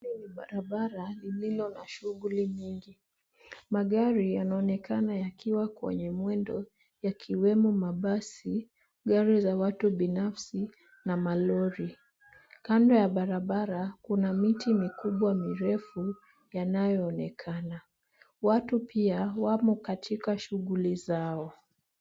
Hii ni barabara lililo na shughuli nyingi. Magari yanaonekana yakiwa kwenye mwendo yakiwemo mabasi, gari la watu binafsi na malori. Kando ya barabara, kuna miti mirefu yanayoonekana. Watu pia wamo katika shughuli zao.